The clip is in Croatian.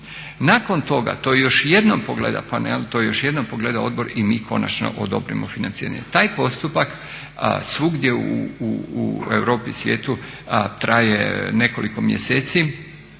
panel, to još jednom pogleda odbor i mi konačno odobrimo financiranje. Taj postupak svugdje u Europi i svijet traje nekoliko mjeseci,